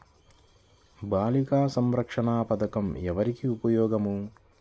బాలిక సంరక్షణ పథకం ఎవరికి ఉపయోగము?